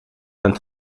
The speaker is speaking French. vingt